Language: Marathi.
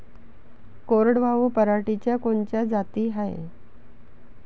कोरडवाहू पराटीच्या कोनच्या जाती हाये?